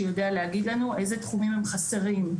שיודע להגיד לנו איזה תחומים חסרים.